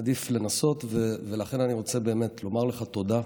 עדיף לנסות, ולכן אני רוצה באמת לומר לך תודה,